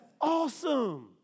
awesome